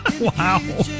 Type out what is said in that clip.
Wow